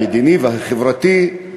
המדיני והחברתי.